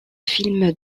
film